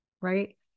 right